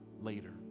later